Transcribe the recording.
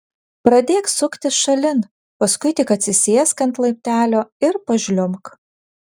pradėk suktis šalin paskui tik atsisėsk ant laiptelio ir pažliumbk